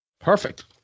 Perfect